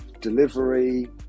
delivery